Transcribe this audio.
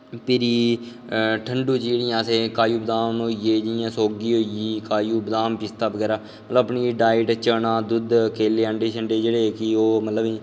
फ्ही ठंडू च जेह्ड़ियां असें काजू बदाम होई गे जि'यां सौंगी होई गेई काजू बदाम पिसता बगैरा मतलब अपनी डाईट चना दुद्ध केले अंडे शंडे जेह्ड़े कि ओह् मतलब